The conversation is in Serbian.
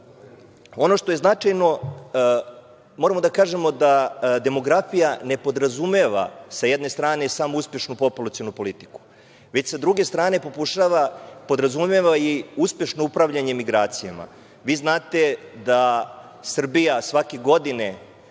što je značajno, moramo da kažemo da demografija ne podrazumeva, sa jedne strane, uspešnu populacionu politiku, već sa druge strane podrazumeva i uspešno upravljanje migracijama. Vi znate da Srbija svake godine